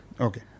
okay